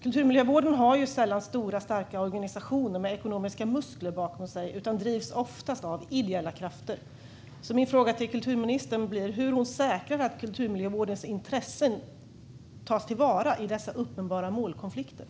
Kulturmiljövården har sällan stora, starka organisationer med ekonomiska muskler bakom sig utan drivs oftast av ideella krafter. Min fråga till kulturministern blir därför hur hon säkrar att kulturmiljövårdens intressen tas till vara i dessa uppenbara målkonflikter.